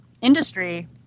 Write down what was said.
industry